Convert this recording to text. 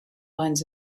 finds